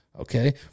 Okay